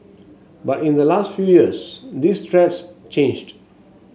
but in the last few years these threats changed